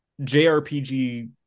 jrpg